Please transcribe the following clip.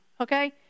okay